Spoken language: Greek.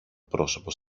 πρόσωπο